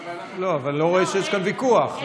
אבל, אני לא רואה שיש כאן ויכוח.